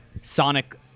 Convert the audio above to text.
sonic